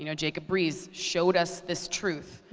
you know jacob riis showed us this truth,